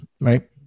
right